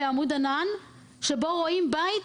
בעמוד ענן שבו רואים בית,